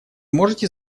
можете